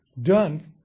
done